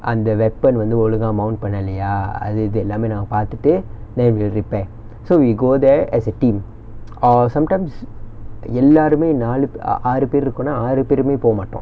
அந்த:antha weapon வந்து ஒழுங்கா:vanthu olungaa mount பண்ணலயா அது இது எல்லாமே நாங்க பாத்துட்டு:pannalaiyaa athu ithu ellaamae naanga paathuttu then we will repair so we go there as a team or sometimes எல்லாருமே நாலு பேர்:ellaarumae naalu per ah ஆறு பேர் இருகோணா ஆறு பேருமே போமாட்டோ:aaru per irukkonaa aaru perumae pomaatto